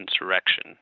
insurrection